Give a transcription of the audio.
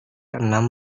enam